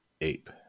ape